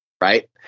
right